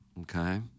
okay